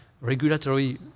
regulatory